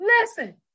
Listen